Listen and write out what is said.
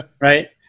Right